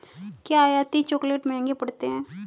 क्या आयातित चॉकलेट महंगे पड़ते हैं?